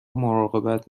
مراقبت